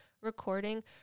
recording